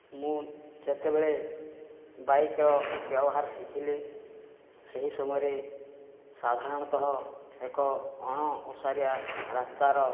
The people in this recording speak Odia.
ମୁଁ ଯେତେବେଳେ ବାଇକ୍ର ବ୍ୟବହାର ଶିଖିଲି ସେହି ସମୟରେ ସାଧାରଣତଃ ଏକ ଅଣଓସାରିଆ ରାସ୍ତାର